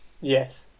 Yes